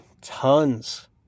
tons